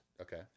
Okay